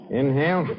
inhale